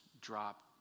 drop